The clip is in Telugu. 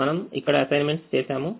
మనం ఇక్కడ అసైన్మెంట్స్ చేశాము